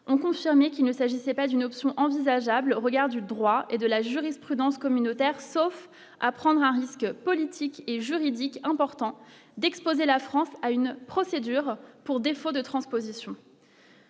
ont confirmé qu'il ne s'agissait pas d'une option envisageable au regard du droit et de la jurisprudence communautaire, sauf à prendre un risque politique et juridique important d'exposer la France à une procédure pour défaut de transposition.